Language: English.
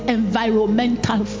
environmental